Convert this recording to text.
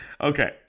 Okay